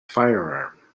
firearm